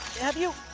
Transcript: have you?